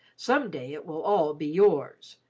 some day it will all be yours,